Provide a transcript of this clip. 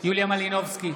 יוליה מלינובסקי,